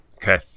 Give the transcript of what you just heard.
Okay